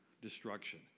destruction